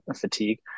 fatigue